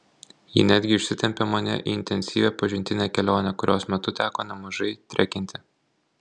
ji netgi išsitempė mane į intensyvią pažintinę kelionę kurios metu teko nemažai trekinti